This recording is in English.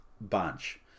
bunch